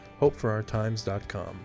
hopeforourtimes.com